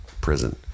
prison